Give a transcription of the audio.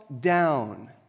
down